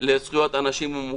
לזכויות אנשים עם מוגבלויות.